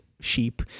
Sheep